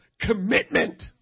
commitment